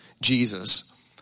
Jesus